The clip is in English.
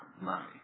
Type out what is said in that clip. money